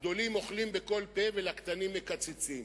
הגדולים אוכלים בכל פה ולקטנים מקצצים.